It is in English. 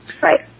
Right